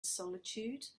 solitude